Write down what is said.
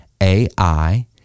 AI